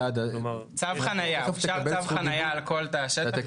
אלעד --- צו חניה, צו חניה על כל תא השטח.